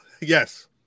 Yes